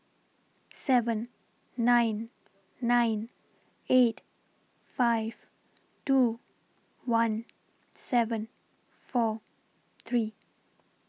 seven nine nine eight five two one seven four three